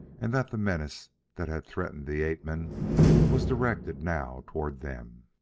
and that the menace that had threatened the ape-men was directed now toward them.